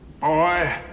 boy